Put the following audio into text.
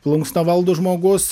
plunksną valdo žmogus